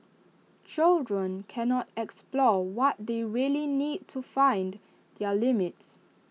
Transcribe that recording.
children cannot explore what they really need to find their limits